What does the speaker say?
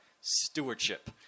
stewardship